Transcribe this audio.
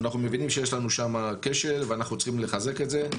אנחנו מבינים שיש לנו שם כשל ואנחנו צריכים לחזק את זה.